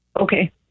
Okay